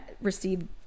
received